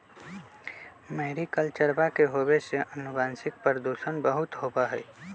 मैरीकल्चरवा के होवे से आनुवंशिक प्रदूषण बहुत होबा हई